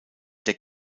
der